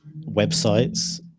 websites